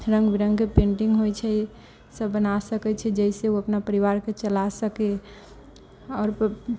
रङ्ग बिरङ्गके पेंटिंग होइ छै सभ बना सकै छै जाहिसँ ओ अपना परिवारके चला सकए आओर